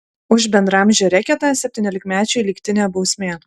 už bendraamžio reketą septyniolikmečiui lygtinė bausmė